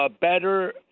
better